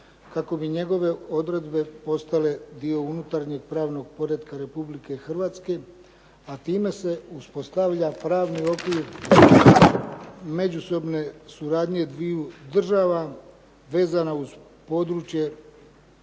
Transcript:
kako bi njegove odredbe postale dio unutarnjeg pravnog poretka Republike Hrvatske, a time se uspostavlja pravni okvir međusobne suradnje dviju država vezano uz područje